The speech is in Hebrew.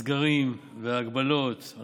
הסגרים וההגבלות.